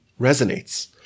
resonates